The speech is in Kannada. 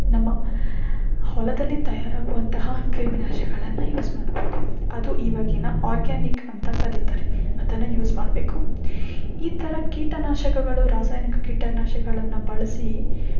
ನಮ್ಮ ಹೊಲದಲ್ಲಿ ತಯಾರಾಗುವಂತಹ ಕ್ರಿಮಿನಾಶಗಳನ್ನು ಯೂಸ್ ಮಾಡ್ಬೋದು ಅದು ಇವಾಗಿನ ಆರ್ಗಾನಿಕ್ ಅಂತ ಕರಿತಾರೆ ಅದನ್ನು ಯೂಸ್ ಮಾಡಬೇಕು ಈ ಥರ ಕೀಟನಾಶಕಗಳು ರಾಸಾಯನಿಕ ಕೀಟನಾಶಗಳನ್ನು ಬಳಸಿ